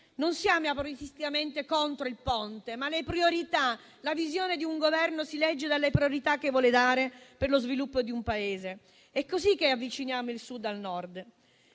Non siamo aprioristicamente contro il ponte, ma la visione di un Governo si legge dalle priorità che vuole dare per lo sviluppo di un Paese. È così che avviciniamo il Sud al Nord.